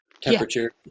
temperature